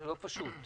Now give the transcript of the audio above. לא פשוט.